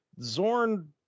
Zorn